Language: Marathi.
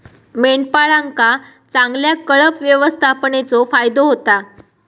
मेंढपाळांका चांगल्या कळप व्यवस्थापनेचो फायदो होता